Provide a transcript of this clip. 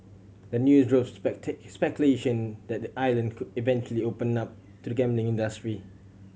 the news drove speculation that the island could eventually open up to the gambling industry